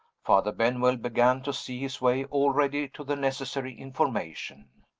father benwell began to see his way already to the necessary information.